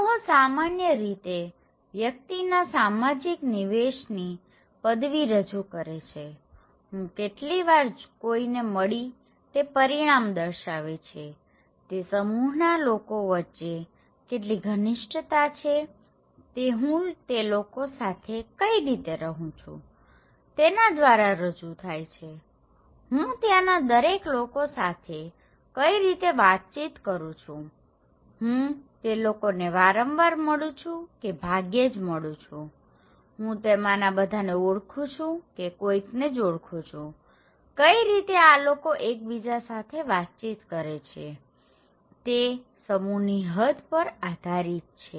સમૂહ સામાન્ય રીતે વ્યક્તિના સામાજિક નિવેશની પદવી રજૂ કરે છેહું કેટલી વાર કોઈને મળી તે પરિણામ દર્શાવે છેતે સમૂહના લોકો વચ્ચે કેટલી ઘનિષ્ઠતા છે તે હું તે લોકો સાથે કઈ રીતે રહું છું તેના દ્વારા રજૂ થાય છેહું ત્યાંના દરેક લોકો સાથે કઈ રીતે વાતચીત કરું છુંહું તે લોકોને વારંવાર મળું છું કે ભાગ્યે જ મળું છુંહું તેમાના બધાને ઓળખું છું કે કોઈકને જ ઓળખું છુંકઈ રીતે આ લોકો એકબીજા સાથે વાતચીત કરે છેતે સમુહની હદ પર આધારિત છે